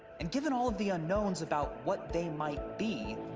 and given all of the unknowns about what they might be,